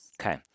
Okay